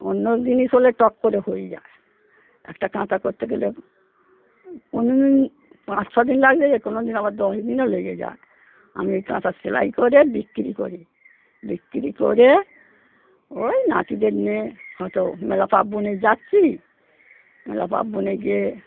অন্য জিনিস হলে টক করে হয়ে যায় একটা কাঁথা করতে গেলে কোনোদিন পাঁচ ছ দিন লাগে কোনোদিন আবার দশ দিনও লেগে যায় আমি ওই কাঁথা সেলাই করে বিক্রি করি বিক্রি করে ওই নাতিদের নিয়ে হয়তো মেলা পার্বনে যাচ্ছি মেলা পার্বনে গিয়ে